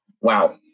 wow